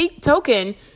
token